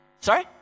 Sorry